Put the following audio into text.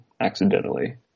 accidentally